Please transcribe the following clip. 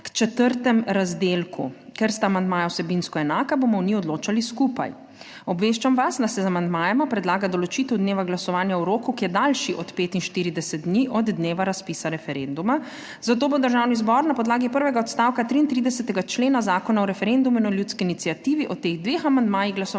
k četrtemu razdelku. Ker sta amandmaja vsebinsko enaka bomo o njej odločali skupaj. Obveščam vas, da se z amandmajema predlaga določitev dneva glasovanja o roku, ki je daljši od 45 dni od dneva razpisa referenduma. Zato bo Državni zbor na podlagi prvega odstavka 33. člena Zakona o referendumu in o ljudski iniciativi o teh dveh